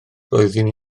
roeddwn